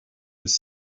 his